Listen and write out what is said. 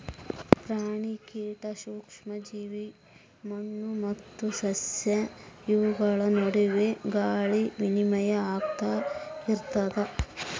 ಪ್ರಾಣಿ ಕೀಟ ಸೂಕ್ಷ್ಮ ಜೀವಿ ಮಣ್ಣು ಮತ್ತು ಸಸ್ಯ ಇವುಗಳ ನಡುವೆ ಗಾಳಿ ವಿನಿಮಯ ಆಗ್ತಾ ಇರ್ತದ